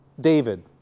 David